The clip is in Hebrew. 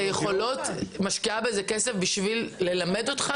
היא משקיעה בזה כסף בשביל ללמד אותך?